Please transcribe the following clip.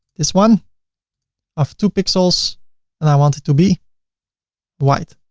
this one of two pixels and i want it to be white,